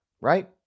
right